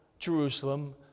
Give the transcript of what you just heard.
Jerusalem